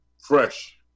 fresh